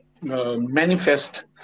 manifest